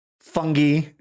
fungi